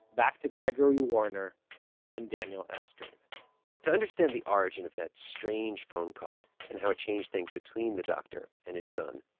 back to gregory warner and daniel estrin to understand the origin of that strange phone call and how it changed things between the doctor and his son,